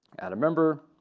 add a member